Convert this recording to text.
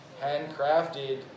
handcrafted